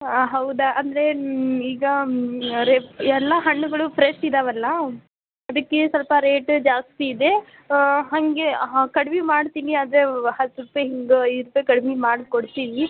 ಹಾಂ ಹೌದಾ ಅಂದರೆ ಈಗ ರೇ ಎಲ್ಲ ಹಣ್ಣುಗಳು ಫ್ರೆಶ್ ಇದ್ದಾವಲ್ಲ ಅದಕ್ಕೆ ಸ್ವಲ್ಪ ರೇಟ್ ಜಾಸ್ತಿಯಿದೆ ಹಾಗೆ ಹಾಂ ಕಡ್ಮೆ ಮಾಡ್ತೀನಿ ಆದರೆ ಹತ್ತು ರುಪಾಯಿ ಹಿಂಗೆ ಐದು ರುಪಾಯಿ ಕಡ್ಮೆ ಮಾಡಿಕೊಡ್ತೀನಿ